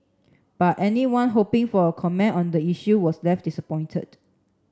but anyone hoping for a comment on the issue was left disappointed